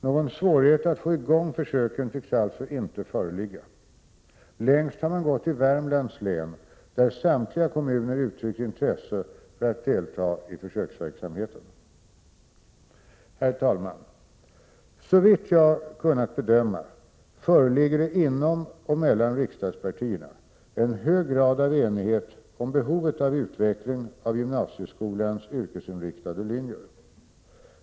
Någon svårighet att få i gång försöken tycks alltså inte föreligga. Längst har man gått i Värmlands län, där samtliga kommuner uttryckt intresse för att delta i försöksverksamheten. Herr talman! Såvitt jag kunnat bedöma föreligger det inom och mellan riksdagspartierna en hög grad av enighet om behovet av utveckling av gymnasieskolans yrkesinriktade linjer.